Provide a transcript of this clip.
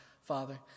Father